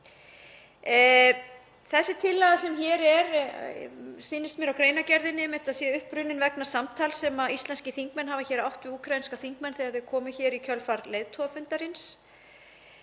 Þessi tillaga, sem hér er, sýnist mér á greinargerðinni að sé einmitt upprunnin vegna samtals sem íslenskir þingmenn hafa hér átt við úkraínska þingmenn þegar þeir komu hingað í kjölfar leiðtogafundarins